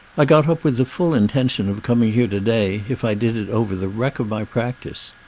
i got up with the full intention of coming here to-day, if i did it over the wreck of my practice.